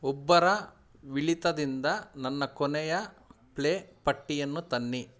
ಉಬ್ಬರವಿಳಿತದಿಂದ ನನ್ನ ಕೊನೆಯ ಪ್ಲೇ ಪಟ್ಟಿಯನ್ನು ತನ್ನಿ